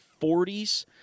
40s